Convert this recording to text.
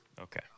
Okay